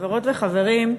חברות וחברים,